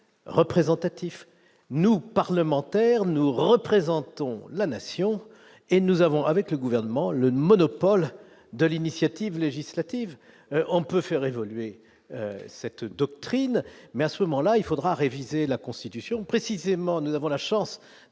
représentatif nous parlementaires nous représentons la nation et nous avons avec le gouvernement, le monopole de l'initiative législative, on peut faire évoluer cette doctrine, mais à ce moment-là il faudra réviser la Constitution, précisément, nous avons la chance